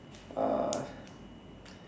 uh